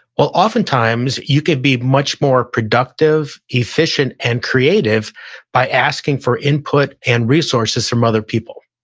well, oftentimes you could be much more productive, efficient, and creative by asking for input and resources from other people,